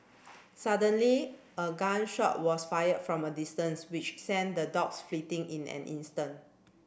suddenly a gun shot was fired from a distance which sent the dogs fleeting in an instant